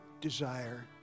desire